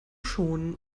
schonen